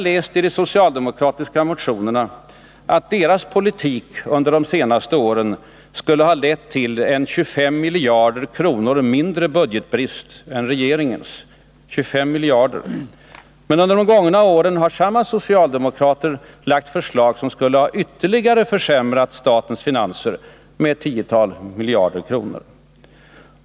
I socialdemokraternas motioner har vi utläst att deras politik under de senaste åren skulle ha lett till 25 miljarder mindre i budgetbrist än vad som blivit fallet med regeringens politik. Men under de gångna åren har samma socialdemokrater framlagt förslag som skulle ha ytterligare försämrat statens finanser med ca 10 miljarder kronor.